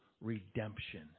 redemption